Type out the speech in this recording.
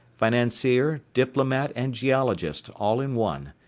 financier, diplomat and geologist, all in one.